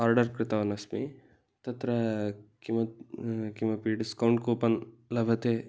order कृतवान् अस्मि तत्र किमपि किमपि डिस्कौण्ट् कूपन् लभ्यते